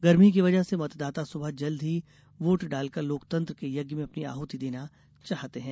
गर्मी की वजह से मतदाता सुबह जल्द ही वोट डालकर लोकतंत्र के यज्ञ में अपनी आहुती देना चाहते हैं